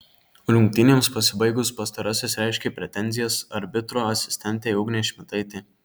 rungtynėms pasibaigus pastarasis reiškė pretenzijas arbitro asistentei ugnei šmitaitei